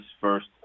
first